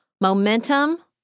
momentum